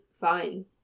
fine